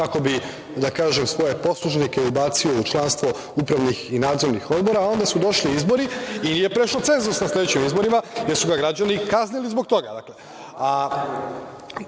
kako bi da kažem svoje poslušnike ubacio u članstvo upravnih i nadzornih odbora, a onda su došli izbori i nije prešao cenzus na sledećim izborima, jer su ga građani kaznili zbog toga. Sada,